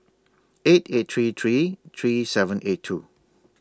eight eight three three three seven eight two